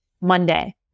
Monday